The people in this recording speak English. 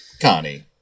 Connie